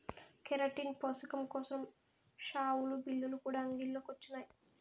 keratin పోసకం కోసరం షావులు, బిల్లులు కూడా అంగిల్లో కొచ్చినాయి